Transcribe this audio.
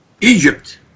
Egypt